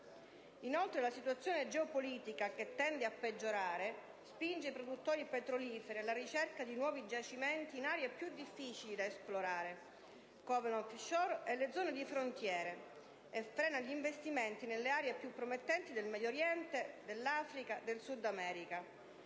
Inoltre, la situazione geopolitica, che tende a peggiorare, spinge i produttori petroliferi alla ricerca di nuovi giacimenti in aree più difficili da esplorare, come l'*off* *shore* e le zone di frontiera, e frena gli investimenti nelle aree più promettenti del Medio Oriente, dell'Africa e del Sud America,